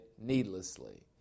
needlessly